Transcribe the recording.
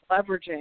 leveraging